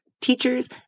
teachers